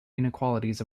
inequalities